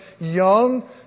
young